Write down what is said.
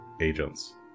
agents